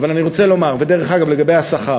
אבל אני רוצה לומר, ודרך אגב, לגבי השכר: